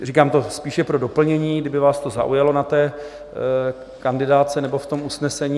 Říkám to spíše pro doplnění, kdyby vás to zaujalo na kandidátce nebo v usnesení.